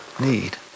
need